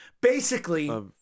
Basically-